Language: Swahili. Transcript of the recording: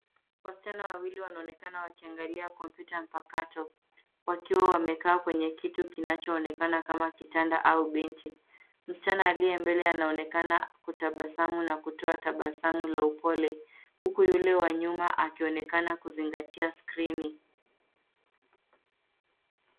Wasichana wawili wanaonekana wakiangalia kompyuta mpakato, wakiwa wamekaa kwenye kitu kinachoonekana kama kitanda au benchi. Msichana aliye mbele anaonekana kutabasamu na kutoa tabasamu la upole, huku yule wa nyuma akionekana kuzingatia skrini.